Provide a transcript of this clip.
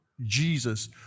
Jesus